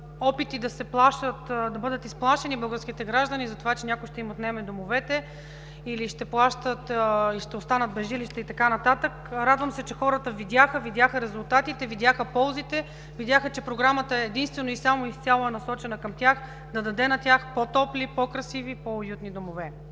опити да се плашат българските граждани за това, че някой ще им отнеме домовете или ще плащат, или ще останат без жилища и така нататък. Радвам се, че хората видяха резултатите, видяха ползите, видяха, че Програмата е единствено и само и изцяло насочена към тях, да даде на тях по-топли, по-красиви, по-уютни домове.